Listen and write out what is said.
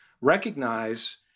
recognize